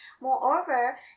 Moreover